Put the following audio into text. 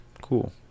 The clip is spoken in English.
cool